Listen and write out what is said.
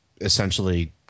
essentially